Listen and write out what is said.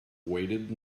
waited